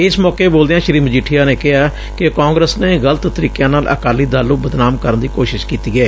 ਇਸ ਮੌਕੇ ਬੋਲਦਿਆਂ ਸ੍ਰੀ ਮਜੀਠੀਆ ਨੇ ਕਿਹਾ ਕਿ ਕਾਂਗਰਸ ਨੇ ਗਲਤ ਤਰੀਕਿਆਂ ਨਾਲ ਅਕਾਲੀ ਦਲ ਨੇ ਬਦਨਾਮ ਕਰਨ ਦੀ ਕੋਸ਼ਿਸ਼ ਕੀਤੀ ਏ